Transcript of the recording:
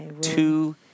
Two